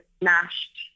smashed